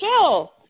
chill